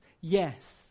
Yes